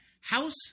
house